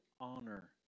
honor